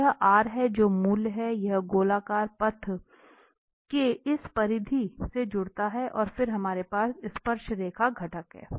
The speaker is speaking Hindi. तो यह है जो मूल से यह गोलाकार पथ के इस परिधि से जुड़ता है और फिर हमारे पास स्पर्शरेखा घटक है